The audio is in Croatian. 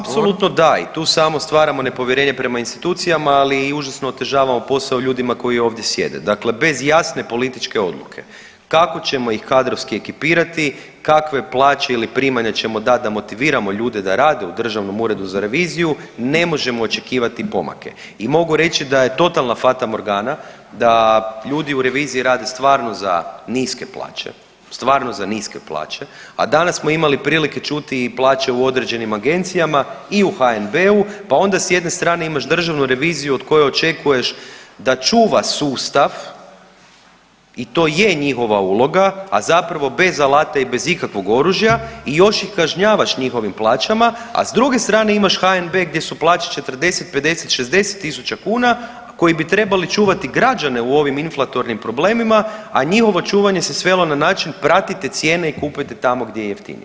Apsolutno da i tu samo stvaramo nepovjerenje prema institucijama, ali i užasno otežavamo posao ljudima koji ovdje sjede, dakle bez jasne političke odluke kako ćemo ih kadrovski ekipirati, kakve plaće ili primanja ćemo dat da motiviramo ljude da rade u državnom uredu za reviziju, ne možemo očekivati pomake i mogu reći da je totalna fatamorgana da ljudi u reviziji rade stvarno za niske plaće, stvarno za niske plaće, a danas smo imali prilike čuti i plaće u određenim agencijama i u HNB-u, pa onda s jedne strane imaš državnu reviziju od koje očekuješ da čuva sustav i to je njihova uloga, a zapravo bez alate i bez ikakvog oružja i još ih kažnjavaš njihovim plaćama, a s druge strane imaš HNB gdje su plaće 40, 50, 60 tisuća kuna koji bi trebali čuvati građane u ovim inflatornim problemima, a njihovo čuvanje se svelo na način pratite cijene i kupujte tamo gdje je jeftinije.